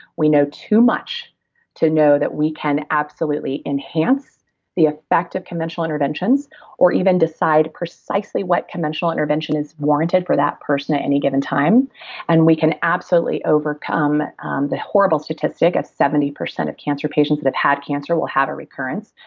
we know too much to know that we can absolutely enhance the effect of conventional interventions or even decide precisely what conventional intervention is warranted for that person at any given time and we can absolutely overcome the horrible statistic of seventy percent of cancer patients that have had cancer will have a recurrence.